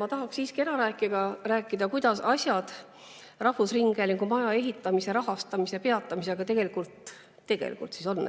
Ma tahaks siiski ära rääkida, kuidas asjad rahvusringhäälingu maja ehitamise rahastamise peatamisega tegelikult on.